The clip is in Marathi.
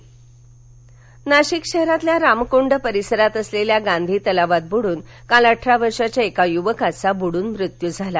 मत्य नाशिक नाशिक शहरातील रामकूंड परिसरात असलेल्या गांधी तलावात बुडून काल अठरा वर्षाच्या एका युवकाचा बुडून मृत्यू झाला